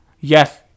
Yes